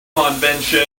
convention